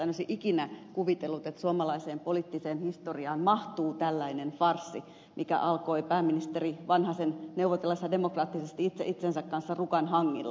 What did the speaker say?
en olisi ikinä kuvitellut että suomalaiseen poliittiseen historiaan mahtuu tällainen farssi mikä alkoi pääministeri vanhasen neuvotellessa demokraattisesti itse itsensä kanssa rukan hangilla